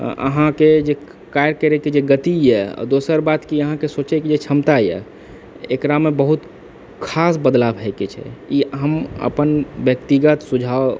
अहाँके जे कार्य करै के जे गति यऽ आओर दोसर बात की अहाँके सोचैके जे क्षमता यऽ एकरामे बहुत खास बदलाव होइके छै ई हम अपन व्यक्तिगत सुझाव